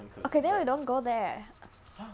okay then we don't go there